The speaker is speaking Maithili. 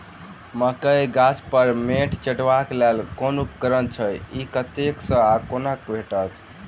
मकई गाछ पर मैंट चढ़ेबाक लेल केँ उपकरण छै? ई कतह सऽ आ कोना भेटत?